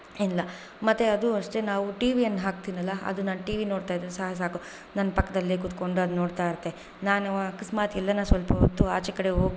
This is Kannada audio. ಇಲ್ಲ ಮತ್ತೆ ಅದು ಅಷ್ಟೇ ನಾವು ಟೀವಿ ಏನು ಹಾಕ್ತೀನಲ್ಲ ಅದನ್ನು ಟೀವಿ ನೋಡ್ತಾಯಿದ್ರೆ ಸಾ ಸಾಕು ನನ್ನ ಪಕ್ಕದಲ್ಲೇ ಕೂತ್ಕೊಂಡು ಅದು ನೋಡ್ತಾಯಿರುತ್ತೆ ನಾನು ಆಕಸ್ಮಾತ್ ಇಲ್ಲೇನಾ ಸ್ವಲ್ಪ ಹೊತ್ತು ಆಚೆ ಕಡೆ ಹೊ